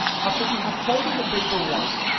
after we have folded the paper once,